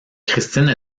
christine